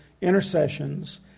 intercessions